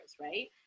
right